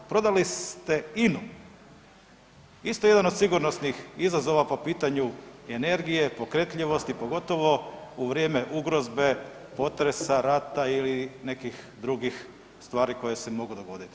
Prodali ste INA-u, isto jedan od sigurnosnih izazova po pitanju i energije, pokretljivosti, pogotovo u vrijeme ugrozbe, potresa, rata ili nekih drugih stvari koje se mogu dogoditi.